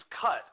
cut